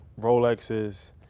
Rolexes